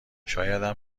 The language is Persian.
شایدم